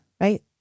right